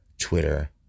Twitter